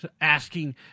asking